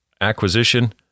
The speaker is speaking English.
acquisition